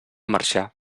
marxar